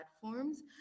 platforms